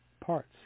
parts